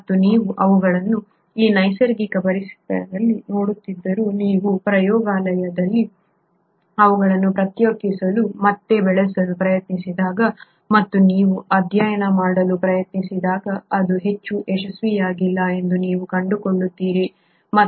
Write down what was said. ಮತ್ತು ನೀವು ಅವುಗಳನ್ನು ಈ ನೈಸರ್ಗಿಕ ಪರಿಸರದಲ್ಲಿ ನೋಡುತ್ತಿದ್ದರೂ ನೀವು ಪ್ರಯೋಗಾಲಯದಲ್ಲಿ ಅವುಗಳನ್ನು ಪ್ರತ್ಯೇಕಿಸಲು ಮತ್ತು ಬೆಳೆಸಲು ಪ್ರಯತ್ನಿಸಿದಾಗ ಮತ್ತು ನೀವು ಅದನ್ನು ಅಧ್ಯಯನ ಮಾಡಲು ಪ್ರಯತ್ನಿಸಿದಾಗ ಅದು ಹೆಚ್ಚು ಯಶಸ್ವಿಯಾಗಲಿಲ್ಲ ಎಂದು ನೀವು ಕಂಡುಕೊಳ್ಳುತ್ತೀರಿ